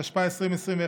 התשפ"א 2021,